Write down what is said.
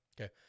okay